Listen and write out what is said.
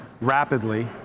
rapidly